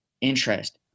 interest